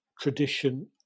tradition